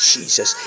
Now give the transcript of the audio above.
Jesus